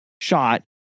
shot